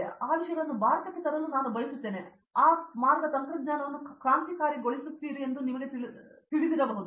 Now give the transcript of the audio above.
ಹಾಗಾಗಿ ಆ ವಿಷಯಗಳನ್ನು ಭಾರತಕ್ಕೆ ತರಲು ನಾನು ಬಯಸುತ್ತೇನೆ ಮತ್ತು ನೀವು ಮಾರ್ಗ ತಂತ್ರಜ್ಞಾನವನ್ನು ಕ್ರಾಂತಿಗೊಳಿಸುತ್ತೀರಿ ಎಂದು ನಿಮಗೆ ತಿಳಿದಿರಬಹುದು